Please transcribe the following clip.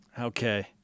Okay